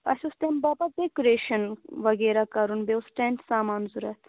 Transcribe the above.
اَسہِ اوس تَمہِ باپَتھ ڈیکُریشَن وغیرہ کَرُن بیٚیہِ اوس ٹٮ۪نٹ سامان ضوٚرَتھ